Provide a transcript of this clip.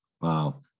Wow